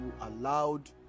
allowed